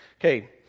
okay